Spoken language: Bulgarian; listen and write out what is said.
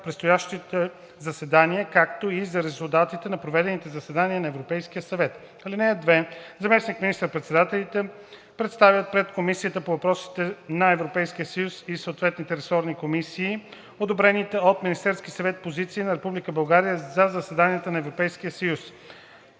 предстоящи заседания, както и за резултатите от проведени заседания на Европейския съвет. (2) Заместник министър-председателите представят пред Комисията по въпросите на Европейския съюз и съответните ресорни комисии одобрените от Министерския съвет позиции на Република България за заседанията на Европейския съвет.“